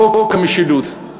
חוק המשילות.